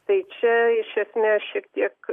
tai čia iš esmės šiek tiek